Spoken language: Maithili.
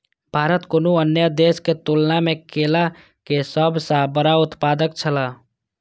भारत कुनू अन्य देश के तुलना में केला के सब सॉ बड़ा उत्पादक छला